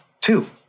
Two